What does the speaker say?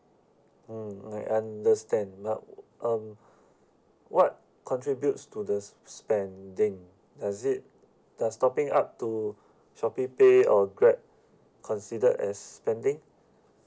mm I understand not um what contributes to the spending does it does topping up to Shopee pay or Grab considered as spending